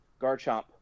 Garchomp